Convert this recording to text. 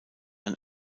ein